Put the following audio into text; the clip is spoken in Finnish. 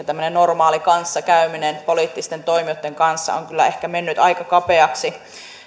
tämmöinen normaali kanssakäyminen poliittisten toimijoitten kanssa on kyllä ehkä mennyt aika kapeaksi